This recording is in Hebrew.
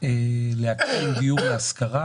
לאתר דיור להשכרה